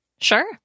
Sure